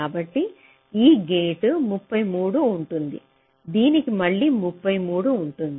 కాబట్టి ఈ గేట్ 33 ఉంటుంది దీనికి మళ్ళీ 33 ఉంటుంది